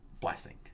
blessing